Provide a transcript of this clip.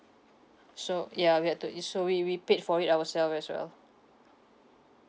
so ya we had to is so we we paid for it ourself as well